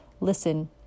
listen